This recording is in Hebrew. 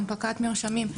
הנפקת מרשמים,